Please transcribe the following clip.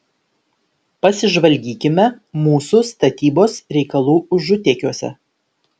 pasižvalgykime mūsų statybos reikalų užutėkiuose